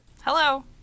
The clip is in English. Hello